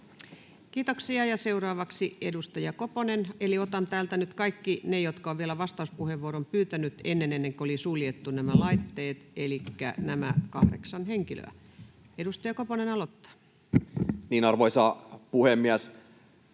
Kiitoksia, ja seuraavaksi edustaja Koponen, eli otan täältä nyt kaikki ne, jotka ovat vielä vastauspuheenvuoron pyytäneet ennen kuin oli suljettu nämä laitteet, elikkä nämä kahdeksan henkilöä. — Edustaja Koponen aloittaa. Arvoisa puhemies!